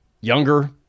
younger